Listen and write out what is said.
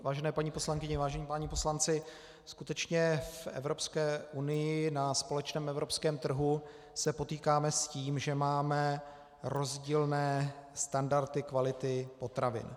Vážené paní poslankyně, vážení páni poslanci, skutečně se v Evropské unii, na společném evropském trhu, potýkáme s tím, že máme rozdílné standardy kvality potravin.